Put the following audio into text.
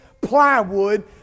plywood